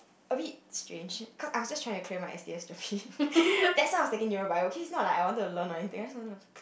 a bit strange cause~ I was just to trying clear my s_t_s gerpe that's why I'm taking neuro bio okay it's not like I wanted to learn or anything I just wanted to clear~